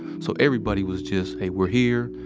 so, everybody was just hey we're here.